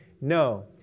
No